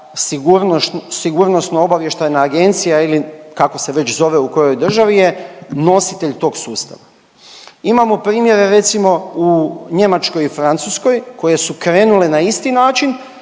sustav, a to je znači da SOA ili kako se već zove u kojoj državi je nositelj tog sustava. Imamo primjere recimo u Njemačkoj i Francuskoj koje su krenule na isti način,